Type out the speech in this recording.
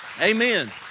Amen